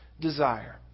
desire